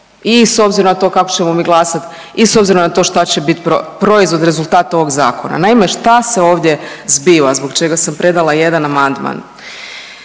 i s obzirom na to šta će biti proizvod rezultata ovog zakona. Naime, šta se ovdje zbiva, zbog čega sam predala i jedan amandman?